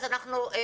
אז אנחנו חוזרים,